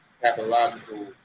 pathological